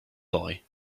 boy